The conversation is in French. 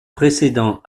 précédent